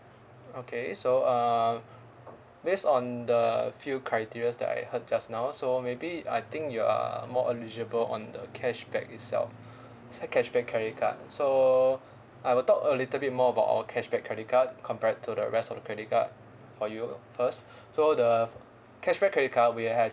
okay so um based on the few criterias that I heard just now so maybe I think you are more eligible on the cashback itself it's a cashback credit card so I will talk a little bit more about our cashback credit card compared to the rest of the credit card for you first so the cashback credit card we have